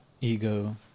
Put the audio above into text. Ego